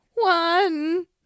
One